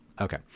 Okay